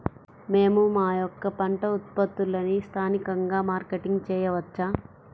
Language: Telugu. మేము మా యొక్క పంట ఉత్పత్తులని స్థానికంగా మార్కెటింగ్ చేయవచ్చా?